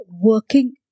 working